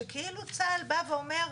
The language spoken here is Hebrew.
שכאילו צה"ל בא ואומר,